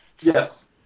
Yes